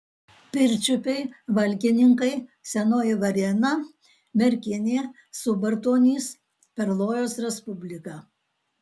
pirčiupiai valkininkai senoji varėna merkinė subartonys perlojos respublika